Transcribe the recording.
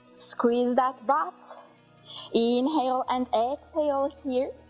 squeeze that butt inhale and exhale here,